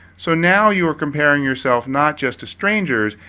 so now you are comparing yourself not just to strangers,